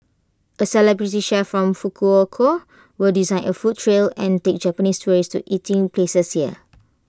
A celebrity chef from Fukuoka will design A food trail and take Japanese tourists to eating places here